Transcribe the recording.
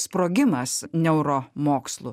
sprogimas neuromokslų